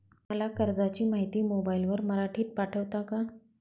मला कर्जाची माहिती मोबाईलवर मराठीत पाठवता का?